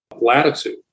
latitude